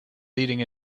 leading